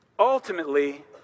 Ultimately